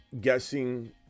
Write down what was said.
guessing